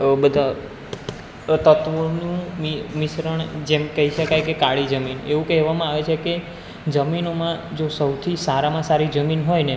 બધા તત્ત્વોનું મિ મિશ્રણ જેમ કઈ શકાય કે કાળી જમીન એવું કહેવામાં આવે છે કે જમીનોમાં જો સૌથી સારામાં સારી જમીન હોયને